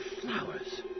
flowers